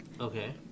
Okay